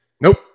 Nope